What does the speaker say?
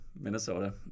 Minnesota